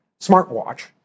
smartwatch